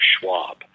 Schwab